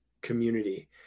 community